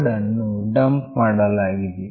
code ಅನ್ನು dump ಮಾಡಲಾಗಿದೆ